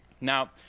now